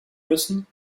müssen